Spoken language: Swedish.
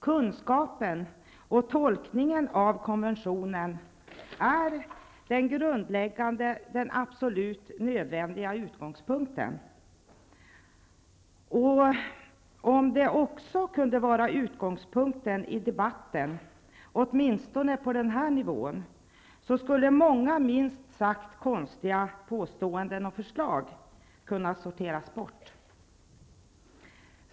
Kunskapen om och tolkningen av konventionerna är den grundläggande, den absolut nödvändiga utgångspunkten. Om det också kunde vara utgångspunkten i debatten åtminstone på den här nivån, så skulle många minst sagt konstiga påståenden och förslag kunna sorteras bort.